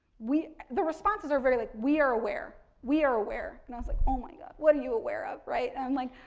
the responses are very like we are aware, we are aware. and, i was like oh my god, what are you aware of, right. and i'm like,